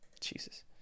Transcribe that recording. Jesus